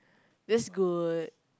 that's good